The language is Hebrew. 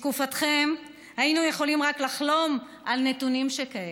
בתקופתכם היינו יכולים רק לחלום על נתונים שכאלה.